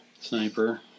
Sniper